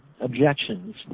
objections